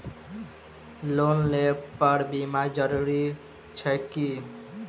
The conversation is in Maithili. लोन लेबऽ पर बीमा जरूरी छैक की?